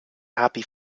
happy